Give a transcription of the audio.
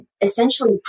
essentially